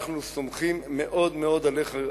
ואנחנו סומכים מאוד מאוד עליך.